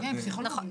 נכון.